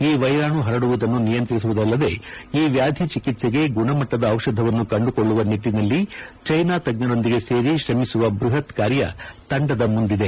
ಈ ವೈರಾಣು ಪರಡುವುದನ್ನು ನಿಯಂತ್ರಿಸುವುದಲ್ಲದೇ ಈ ವ್ಕಾಧಿ ಚಿಕಿತ್ಸೆಗೆ ಗುಣಮಟ್ಟದ ದಿಷಧವನ್ನು ಕಂಡುಕೊಳ್ಳುವ ನಿಟ್ಟನಲ್ಲಿ ಚೈನಾ ತಜ್ಞರೊಂದಿಗೆ ಸೇರಿ ಶ್ರಮಿಸುವ ಬೃಪತ್ ಕಾರ್ಯ ತಂಡದ ಮುಂದಿದೆ